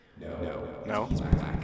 No